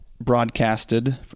broadcasted